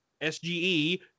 SGE